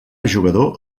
jugador